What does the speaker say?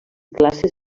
classes